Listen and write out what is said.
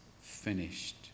finished